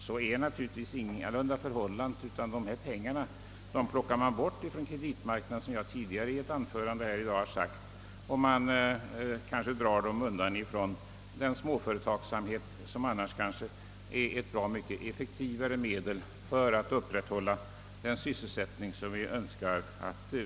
Så är naturligtvis ingalunda fallet; dessa pengar plockar man bort från kreditmarknaden, såsom jag framhållit i ett tidigare anförande här i dag, och på det sättet undandras de kanske den småföretagsamhet som annars måhända varit ett bra mycket effektivare medel för att upprätthålla den sysselsättning vi önskar.